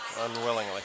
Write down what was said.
unwillingly